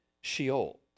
Sheol